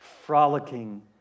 Frolicking